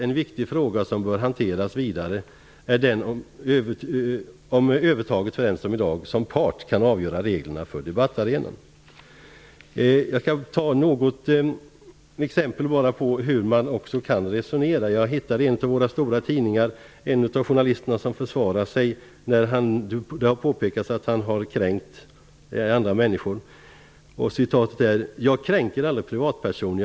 En viktig fråga som bör hanteras vidare är den om övertaget för den part som i dag kan avgöra reglerna för debattarenan. Jag skall ta ett exempel på hur man kan resonera. I en av våra stora tidningar hittade jag en artikel av en journalist som försvarade sig efter ett påpekande om att han kränkt andra människor. Han säger: Jag kränker aldrig privatpersoner.